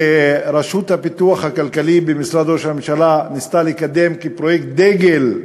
שהרשות לפיתוח כלכלי במשרד ראש הממשלה ניסתה לקדם כפרויקט דגל בסח'נין,